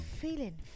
feeling